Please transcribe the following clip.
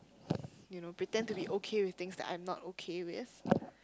you know pretend to be okay with things I'm not okay with